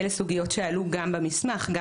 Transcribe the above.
אלה סוגיות שעלו גם במסמך.